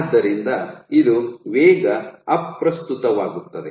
ಆದ್ದರಿಂದ ಇದು ಈಗ ಅಪ್ರಸ್ತುತವಾಗುತ್ತದೆ